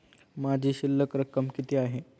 माझी शिल्लक रक्कम किती आहे?